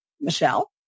Michelle